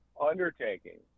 undertaking